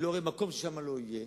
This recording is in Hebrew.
אני לא רואה מקום ששם לא תהיה.